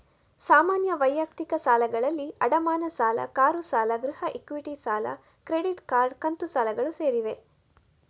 ಸಾಮಾನ್ಯ ವೈಯಕ್ತಿಕ ಸಾಲಗಳಲ್ಲಿ ಅಡಮಾನ ಸಾಲ, ಕಾರು ಸಾಲ, ಗೃಹ ಇಕ್ವಿಟಿ ಸಾಲ, ಕ್ರೆಡಿಟ್ ಕಾರ್ಡ್, ಕಂತು ಸಾಲಗಳು ಸೇರಿವೆ